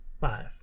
Five